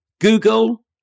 google